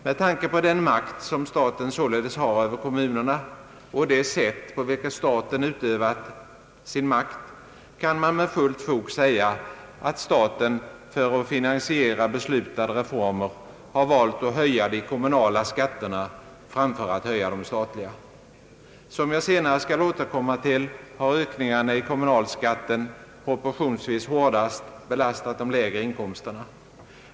Med tanke på den makt som staten således har över kommunerna och det sätt på vilket staten utövat sin makt kan man med fullt fog säga, att staten för att finansiera beslutade reformer har valt att höja de kommunala skatterna framför att höja de statliga. Som jag senare skall återkomma till har ökningarna i kommunalskatten proportionsvis hårdast belastat de lägre inkomsterna.